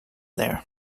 there